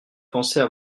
pensait